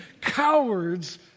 cowards